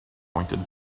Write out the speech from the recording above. pointed